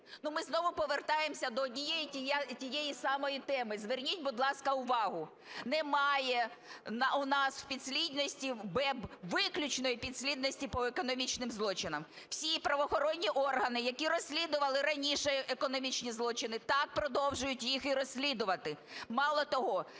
Ми знову повертаємося до однієї і тієї самої теми, зверніть, будь ласка, увагу. Немає у нас у підслідності БЕБ виключної підслідності по економічним злочинам. Усі правоохоронні органи, які розслідували раніше економічні злочини, так продовжують їх і розслідувати. Мало того,